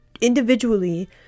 individually